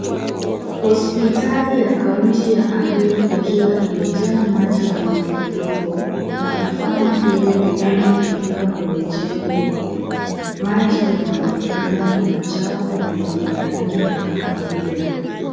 Hospitali ya kaunti ya Ahero ikiwa imejaa maji ya mafuriko na kufanya iwe vigumu kufika kwenye jengo hilo. Maji yanaonekana ni machafu na yenye rangi ya kahawia.